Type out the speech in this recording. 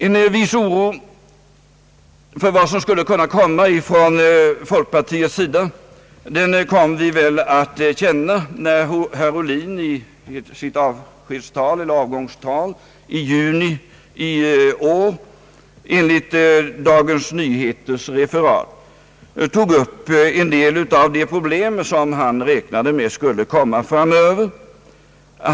En viss oro för vad som skulle kunna komma från folkpartiets sida kände vi väl när herr Ohlin i sitt avgångstal i juni i år enligt Dagens Nyheters referat tog upp en del av de problem som skulle komma framöver enligt vad han räknade med.